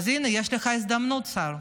הינה, יש לך הזדמנות, שר,